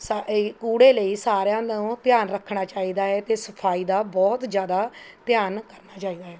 ਸਾ ਇਹ ਕੂੜੇ ਲਈ ਸਾਰਿਆਂ ਨੂੰ ਧਿਆਨ ਰੱਖਣਾ ਚਾਹੀਦਾ ਹੈ ਅਤੇ ਸਫ਼ਾਈ ਦਾ ਬਹੁਤ ਜ਼ਿਆਦਾ ਧਿਆਨ ਕਰਨਾ ਚਾਹੀਦਾ ਹੈ